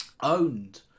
owned